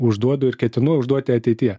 užduodu ir ketinu užduoti ateityje